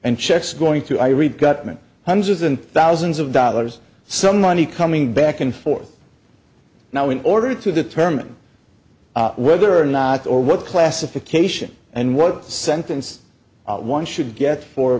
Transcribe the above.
checks going through i read gottman hundreds and thousands of dollars some money coming back and forth now in order to determine whether or not or what classification and what sentence one should get for